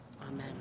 Amen